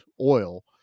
oil